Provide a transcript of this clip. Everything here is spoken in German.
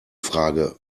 frage